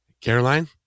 Caroline